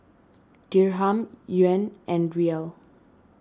Dirham Yuan and Riel